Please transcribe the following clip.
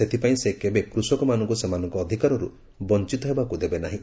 ସେଥିପାଇଁ ସେ କେବେ କୃଷକମାନଙ୍କୁ ସେମାନଙ୍କ ଅଧିକାରରୁ ବଞ୍ଚିତ ହେବାକୁ ଦେବେନାହିଁ